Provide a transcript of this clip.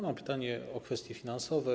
Mam pytanie o kwestie finansowe.